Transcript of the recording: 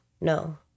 No